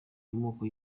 amoko